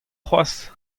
cʼhoazh